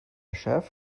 chef